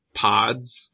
pods